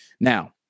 Now